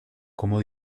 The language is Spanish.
como